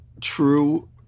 true